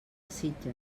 sitges